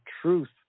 truth